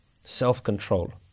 self-control